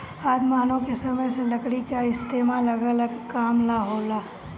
आदि मानव के समय से लकड़ी के इस्तेमाल अलग अलग काम ला होला